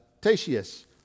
Tatius